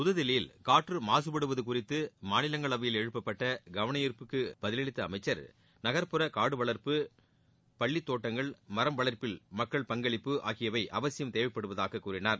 புதுதில்லியில் காற்று மாசுபடுவது குறித்து மாநிலங்களவையில் எழுப்பப்பட்ட கவனார்ப்புக்கு பதில் அளித்த அமைச்சர் நகர்ப்புற காடுவளர்ப்பு பள்ளித் தோட்டங்கள் மரம் வளர்ப்பில் மக்கள் பங்களிப்பு ஆகியவை அவசியம் தேவைப்படுவதாக கூறினார்